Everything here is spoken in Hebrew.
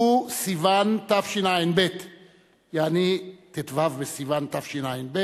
טוּ בסיוון תשע"ב, יעני, ט"ו בסיוון תשע"ב,